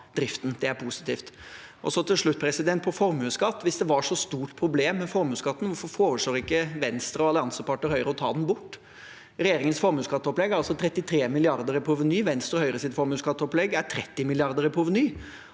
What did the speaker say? Det er positivt. Og så til slutt, når det gjelder formuesskatt: Hvis det var så stort problem med formuesskatten, hvorfor foreslår ikke Venstre og alliansepartner Høyre å ta den bort? Regjeringens formuesskatteopplegg er altså 33 mrd. kr i proveny. Venstre og Høyres formuesskatteopplegg er 30 mrd. kr i proveny.